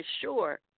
sure